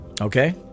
okay